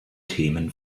themen